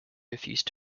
refused